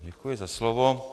Děkuji za slovo.